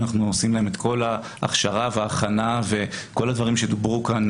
אנחנו עושים להם את כל ההכשרה וההכנה וכל הדברים שדוברו כאן